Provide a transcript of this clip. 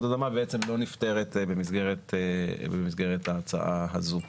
אדמה בעצם לא נפתרת במסגרת ההצעה הזו.